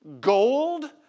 gold